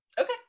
Okay